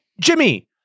Jimmy